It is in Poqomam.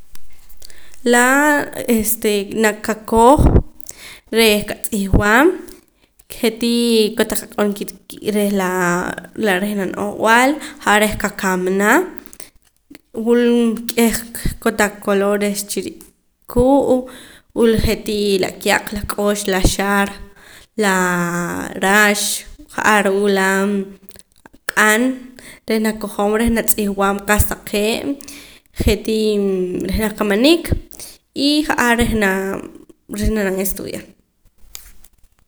Laa este na qakoj reh qatz'ihb'aam je'tii kotaq ak'on reh laa reh la no'ojb'al ja'ar reh qakamana wul k'eh kotaq colores chiri kuu' wul je'tii la kaq la k'ox la xaar laa rax ja'ar wula q'an reh nakojom reh natz'ihb'aam qa'sa taqee' je'tiim reh la kamanik y ja'ar reh naa reh na'nam estudiar